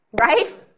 right